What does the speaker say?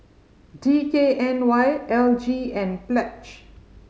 D K N Y L G and Pledge